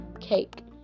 cake